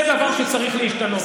זה דבר שצריך להשתנות עכשיו.